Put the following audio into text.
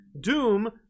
Doom